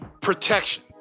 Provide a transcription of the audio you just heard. Protection